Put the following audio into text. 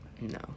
No